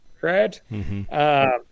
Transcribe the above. Right